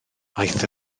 aeth